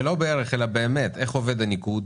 ולא בערך אלא באמת איך עובד הניקוד.